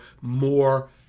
more